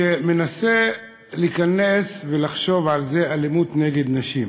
שמנסה להיכנס ולחשוב על זה, על אלימות נגד נשים,